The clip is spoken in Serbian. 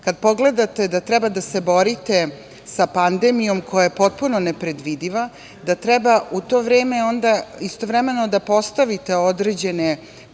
nas. Kad pogledate da treba da se borite sa pandemijom koja je potpuno nepredvidiva, kada treba u to vreme istovremeno da postavite određene